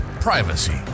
privacy